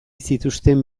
zituzten